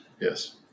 yes